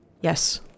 yes